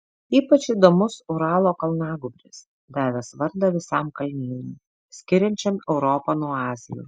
ypač įdomus uralo kalnagūbris davęs vardą visam kalnynui skiriančiam europą nuo azijos